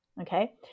Okay